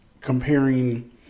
comparing